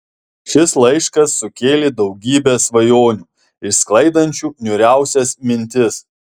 šis laiškas sukėlė daugybę svajonių išsklaidančių niūriausias mintis